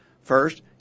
First